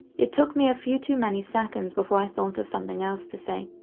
it took me a few too many seconds before i thought of something else to say.